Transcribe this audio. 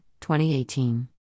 2018